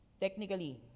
Technically